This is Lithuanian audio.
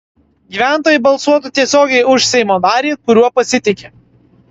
gyventojai balsuotų tiesiogiai už seimo narį kuriuo pasitiki